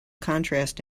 contrast